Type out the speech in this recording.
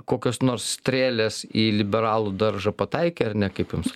kokios nors strėlės į liberalų daržą pataikė ar ne kaip jums